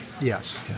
yes